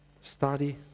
Study